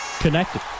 Connected